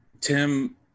Tim